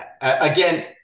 Again